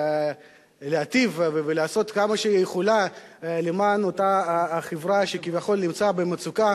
ולהיטיב ולעשות כמה שהיא יכולה למען אותה החברה שכביכול נמצאת במצוקה,